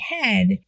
head